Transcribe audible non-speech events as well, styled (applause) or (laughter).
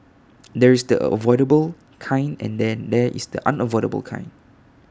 (noise) there is the avoidable kind and then there is the unavoidable kind